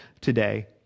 today